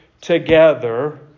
together